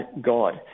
god